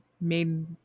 made